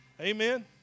Amen